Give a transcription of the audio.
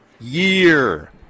year